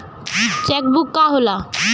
Check book का होला?